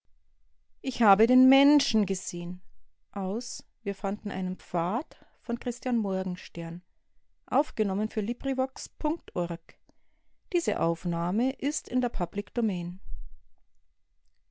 ich habe den menschen gesehn ich